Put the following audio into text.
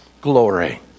glory